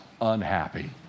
unhappy